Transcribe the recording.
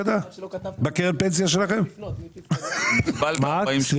בקרן הפנסיה דמי הניהול משתנים תקנונית כך